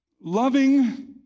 loving